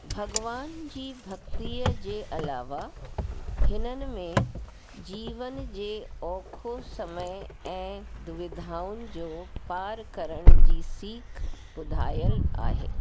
भॻिवान जी भक्तिअ जे अलावा हिनन में जीवन जे औखो समय ऐं दुविधाउनि जो पार करण जी सीख ॿुधाइलु आहे